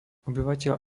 obyvateľ